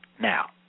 Now